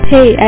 Hey